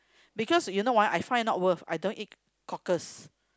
because you know why I find not worth I don't eat cockles